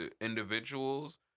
individuals